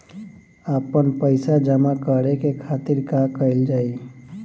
आपन पइसा जमा करे के खातिर का कइल जाइ?